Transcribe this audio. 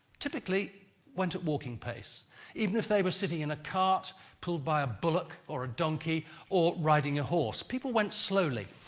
typically went at walking pace even if they were sitting in a cart pulled by a bullock or a donkey or riding a horse. people went slowly.